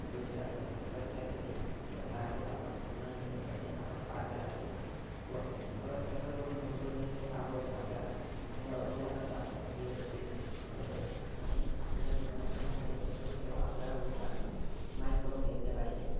गोष्टी लागतात तर त्यासाठी त्याचा पायाभूत आपण पूर्ण नियमितपणे आपण पार केला पाहिजे व सरकारकडून भरपूर नियम हे लागू होतात आपल्याला तर उदाहरणार्थ जी एस टी वगैरे आणि आपल्याला दुकानाचे भाडे वगैरे सर्व आपल्याला गोष्टी आपण माहीत करून घेतल्या पाहिजे